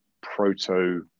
proto